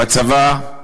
בצבא,